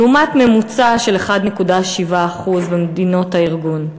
לעומת ממוצע של 1.7% במדינות הארגון.